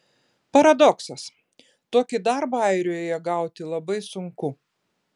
paradoksas tokį darbą airijoje gauti labai sunku